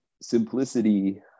simplicity